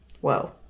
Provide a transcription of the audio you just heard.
Whoa